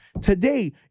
Today